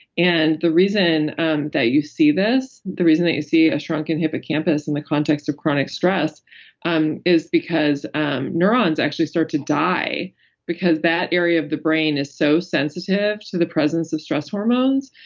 and the reason um that you see this, the reason that you see a shrunken hippocampus in the context of chronic stress um is because um neurons actually start to die because that area of the brain is so sensitive to the presence of stress hormones,